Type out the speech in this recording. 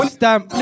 stamp